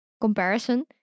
comparison